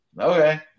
Okay